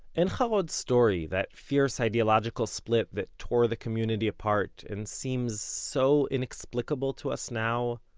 ein-harod's story, that fierce ideological split that tore the community apart and seems so inexplicable to us now,